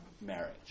marriage